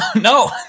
No